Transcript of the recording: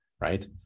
right